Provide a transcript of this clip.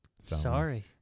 Sorry